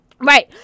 Right